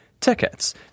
tickets